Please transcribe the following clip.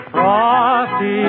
Frosty